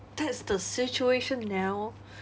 that's the situation now